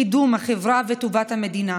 קידום החברה וטובת המדינה,